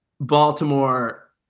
Baltimore